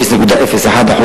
0.01%,